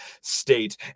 State